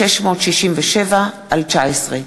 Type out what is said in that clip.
פ/1667/19.